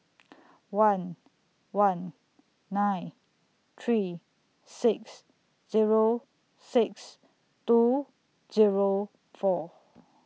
one one nine three six Zero six two Zero four